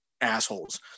assholes